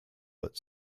but